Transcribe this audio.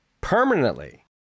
permanently